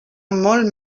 molt